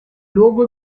luogo